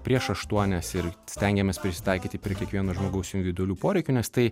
prieš aštuonias ir stengiamės prisitaikyti prie kiekvieno žmogaus individualių poreikių nes tai